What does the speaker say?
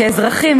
כאזרחים,